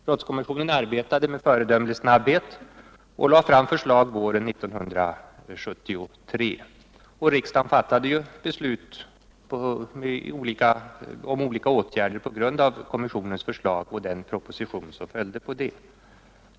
Brottskommissionen arbetade med föredömlig snabbhet och lade fram förslag våren 1973. Riksdagen fattade beslut om olika åtgärder på grund av kommissionens förslag och den proposition som följde på detta.